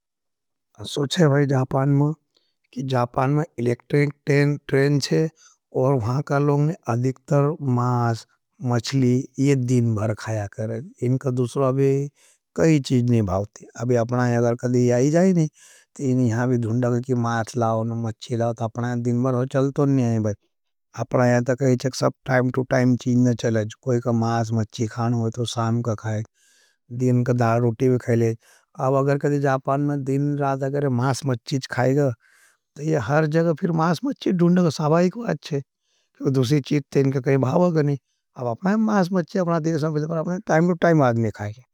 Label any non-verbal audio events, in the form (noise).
असो छे भाई जापान में एलेक्ट्रेंट ट्रेन चे (hesitation) और वहाँ का लोगने अधिकतर मास, मचली ये दिन बर खाया करें। इनका दूसरो अभी कई चीज नहीं भावती। अब अपना ये अगर कदी आयी जाई नहीं, तो इन यहाँ भी दून ड़न करें कि मास लाओ न मचली लाओ ता अपना ये दिन बर हो चलतो नहीं है बह। अपना ये ता कही चक्सब टाइम टू टाइम चीज न चलें। कोई का मास मच्ची खान हुए, (hesitation) तो सामका खाए देन का धारोटी भी कहले अब अगर कदी जापान में दिन राथ। अगर इतने मास मच्ची काईगा तो हर जगह फिर मास मच्ची डूणगा सभाई को आपको अच्छे किनको दुशी चीद थे अपना मास मच्चे अपना देख से पर आपने टाइम को टाइम आदमें खाईगे।